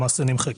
למעשה נמחקת.